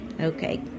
Okay